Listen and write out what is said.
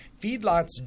feedlots